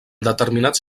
determinats